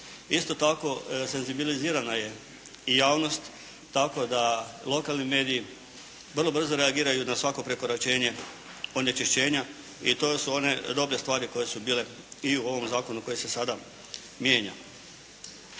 Isto tako senzibilizirana je i javnost, tako da lokalni mediji vrlo brzo reagiraju na svako prekoračenje onečišćenja i to su one dobre stvari koje su bile i u ovom zakonu koji se sada mijenja.